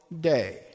day